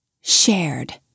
Shared